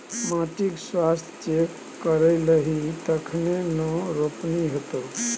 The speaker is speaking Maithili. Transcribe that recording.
माटिक स्वास्थ्य चेक करेलही तखने न रोपनी हेतौ